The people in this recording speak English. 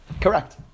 Correct